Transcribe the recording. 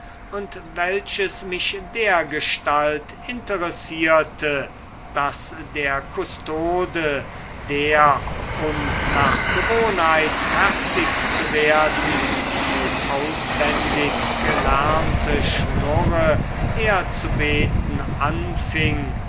und welches mich dergestalt interessierte daß der kustode der um nach gewohnheit fertig zu werden die auswendig gelernte schnurre herzubeten anfing